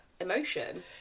emotion